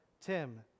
tim